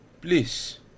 please